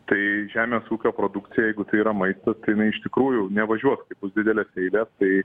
tai žemės ūkio produkcija jeigu tai yra maistas tai iš tikrųjų nevažiuok kai bus didelės eilės tai